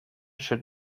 should